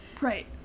Right